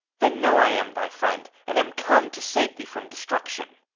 then know i am thy friend, and am come to save thee from destruction.